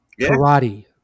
karate